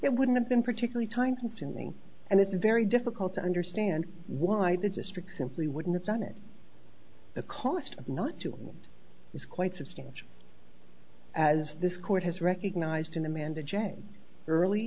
it wouldn't have been particularly time consuming and it's very difficult to understand why the district simply wouldn't have done it the cost of not doing it was quite substantial as this court has recognized in the man the james early